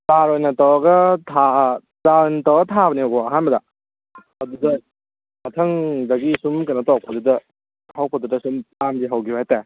ꯆꯥꯔ ꯑꯣꯏꯅ ꯇꯧꯔꯒ ꯆꯥꯔ ꯑꯣꯏꯅ ꯇꯧꯔꯒ ꯊꯥꯕꯅꯦꯕꯀꯣ ꯑꯍꯥꯟꯕꯗ ꯑꯗꯨꯗ ꯃꯊꯪꯗꯒꯤ ꯁꯨꯝ ꯀꯩꯅꯣ ꯇꯧꯔꯛꯄꯗꯨꯗ ꯍꯧꯔꯛꯄꯗꯨꯗ ꯁꯨꯝ ꯐꯥꯔꯝꯁꯦ ꯍꯧꯈꯤꯕ ꯍꯥꯏꯇꯥꯔꯦ